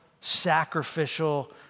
sacrificial